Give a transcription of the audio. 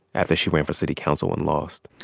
after she ran for city council and lost?